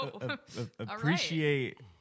appreciate